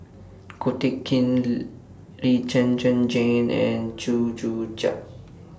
Ko Teck Kin Lee Zhen Zhen Jane and Chew Joo Chiat